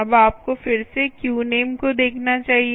अब आपको फिर से क्यू नेम को देखना चाहिए